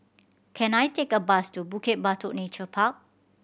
can I take a bus to Bukit Batok Nature Park